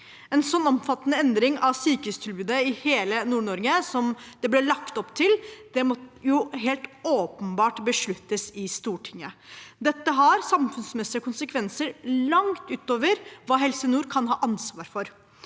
En så omfattende endring av sykehustilbudet i hele Nord-Norge som det ble lagt opp til, måtte helt åpenbart besluttes i Stortinget. Dette har samfunnsmessige konsekvenser langt ut over hva Helse nord kan ha ansvar for.